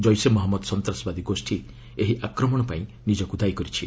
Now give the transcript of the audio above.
ଜୈଶେ ମହମ୍ମଦ ସନ୍ତାସବାଦୀ ଗୋଷ୍ଠୀ ଏହି ଆକ୍ମଣ ପାଇଁ ନିଜକୁ ଦାୟି କରିଛି